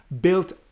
built